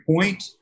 point